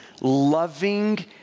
loving